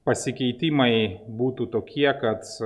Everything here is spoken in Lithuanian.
pasikeitimai būtų tokie kad